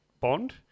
Bond